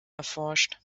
erforscht